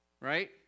right